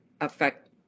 affect